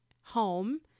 home